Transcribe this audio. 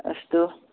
अस्तु